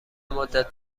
مدت